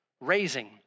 Raising